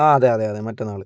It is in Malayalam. ആ അതെ അതെ അതെ മറ്റന്നാൾ